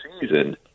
season